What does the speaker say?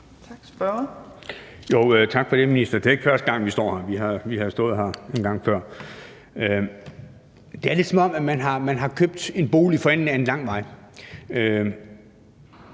Tak for det, minister. Det er ikke første gang, vi står her; vi har stået her en gang før. Det er lidt, som om man har købt en bolig for enden af